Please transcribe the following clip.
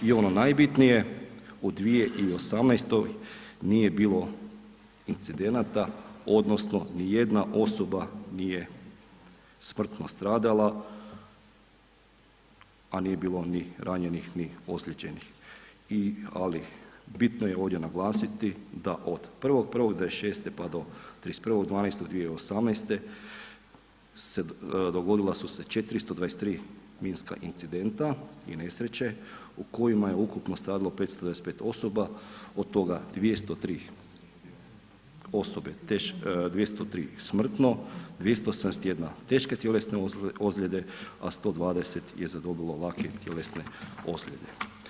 I ono najbitnije, u 2018. nije bilo incidenata odnosno nijedna osoba nije smrtno stradala, a nije bilo ni ranjenih, ni ozlijeđenih i ali, bitno je ovdje naglasiti da od 1.1.2006., pa do 31.12.2018. dogodila su se 423 minska incidenta i nesreće u kojima je ukupno stradalo 525 osoba, od toga 203 osobe, 203 smrtno, 281 teške tjelesne ozljede, a 120 je zadobilo lake tjelesne ozljede.